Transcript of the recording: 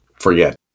forget